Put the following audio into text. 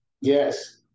Yes